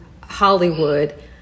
hollywood